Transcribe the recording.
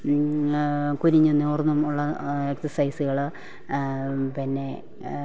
കുനിഞ്ഞും നിവർന്നുമുള്ള എക്സസൈസുകൾ പിന്നെ